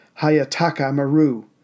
Hayataka-Maru